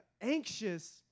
anxious